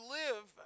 live